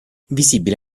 visibile